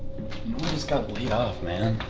just got laid off man.